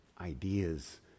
ideas